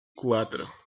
cuatro